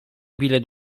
bilet